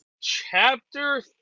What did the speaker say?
Chapter